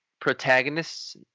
protagonists